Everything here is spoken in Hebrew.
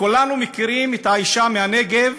כולנו מכירים את האישה מהנגב